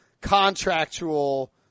Contractual